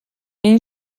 این